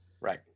Right